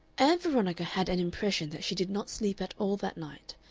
ann veronica had an impression that she did not sleep at all that night,